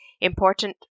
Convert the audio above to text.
important